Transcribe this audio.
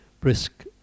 brisk